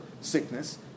sickness